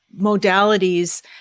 modalities